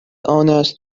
آنست